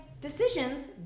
decisions